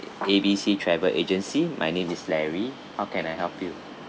A B C travel agency my name is larry how can I help you